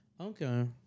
Okay